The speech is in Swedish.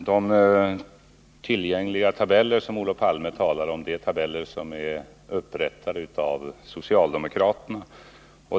Herr talman! De tillgängliga tabeller som Olof Palme talar om är tabeller som upprättats av socialdemokraterna.